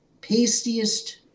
pastiest